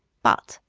but,